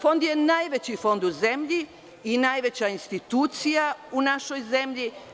Fond je najveći fond u zemlji i najveća institucija u našoj zemlji.